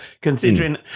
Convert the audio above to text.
considering